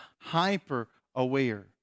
hyper-aware